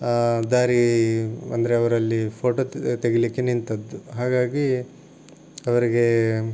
ದಾರಿ ಅಂದರೆ ಅವರಲ್ಲಿ ಫೋಟೋ ತೆಗಿಲಿಕ್ಕೆ ನಿಂತದ್ದು ಹಾಗಾಗಿ ಅವರಿಗೆ